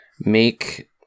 make